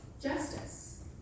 justice